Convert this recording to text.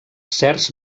certs